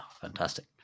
fantastic